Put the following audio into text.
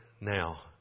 now